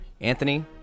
Anthony